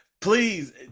Please